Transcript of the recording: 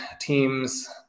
teams